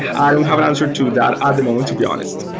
i don't have an answer to that at the moment to be honest.